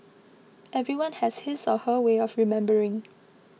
everyone has his or her way of remembering